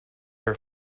are